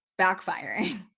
backfiring